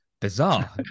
bizarre